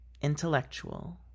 Intellectual